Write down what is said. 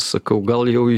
sakau gal jau į